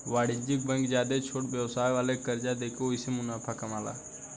वाणिज्यिक बैंक ज्यादे छोट व्यवसाय वाला के कर्जा देके ओहिसे मुनाफा कामाला